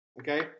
okay